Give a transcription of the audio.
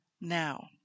now